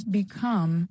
become